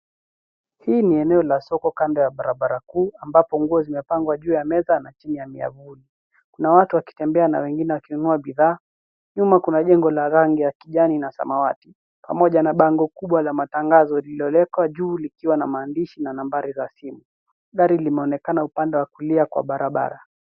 Hii ni eneo la soko kando ya barabara kuu ambapo nguo zimepangwa juu ya meza na chini ya miavuli. Kuna watu wakitembea na wengine wakinunua bidhaa. Nyuma kuna jengo la rangi ya kijani na samawati pamoja na bango kubwa la matangazo lililowekwa juu likiwa na maandishi na nambari za simu. Gari limeonekana upande wa kulia kwa barabara.